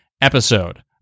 episode